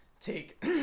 take